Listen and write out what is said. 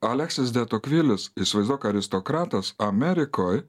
aleksis detokvilis įsivaizduok aristokratas amerikoj